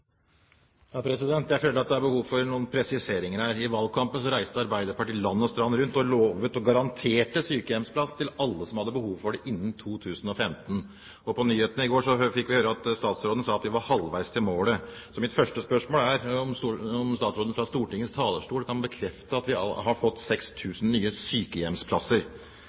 behov for noen presiseringer her. I valgkampen reiste Arbeiderpartiet land og strand rundt og lovet, ja garanterte, sykehjemsplass til alle som hadde behov for det, innen 2015. På nyhetene i går fikk vi høre statsråden si at vi var halvveis til målet. Mitt første spørsmål er om statsråden fra Stortingets talerstol kan bekrefte at vi har fått 6 000 nye sykehjemsplasser.